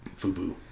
FUBU